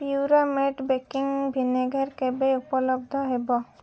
ପ୍ୟୁରାମେଟ୍ baking vinegar କେବେ ଉପଲବ୍ଧ ହେବ